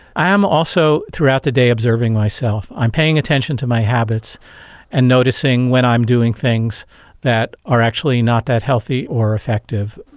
i am also throughout the day observing myself. i'm paying attention to my habits and noticing when i'm doing things that are actually not that healthy or effective.